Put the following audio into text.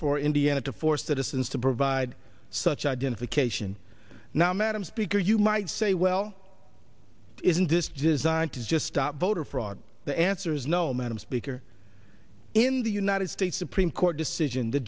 for indiana to force citizens to provide such identification now madam speaker you might say well isn't this designed to just stop voter fraud the answer is no madam speaker in the united states supreme court decision the